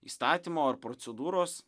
įstatymo ar procedūros